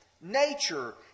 nature